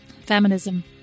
feminism